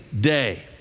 day